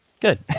Good